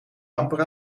amper